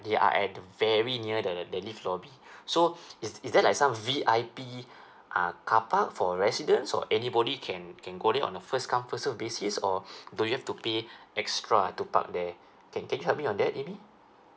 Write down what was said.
they are at very near the the lift lobby so is is there like some V I P uh carpark for residents or anybody can can go there on the first come first served basis or do we have to pay extra to park there can can you help me on that amy